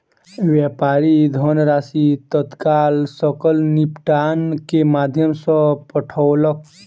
व्यापारी धनराशि तत्काल सकल निपटान के माध्यम सॅ पठौलक